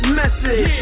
message